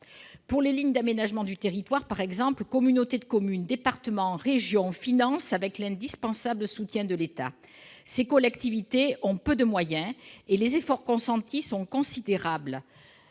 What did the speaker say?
Pour les lignes d'aménagement du territoire, par exemple, communautés de communes, départements et région apportent un financement, avec l'indispensable soutien de l'État. Ces collectivités ont peu de moyens, et les efforts consentis sont considérables.